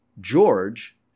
George